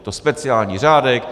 Je to speciální řádek.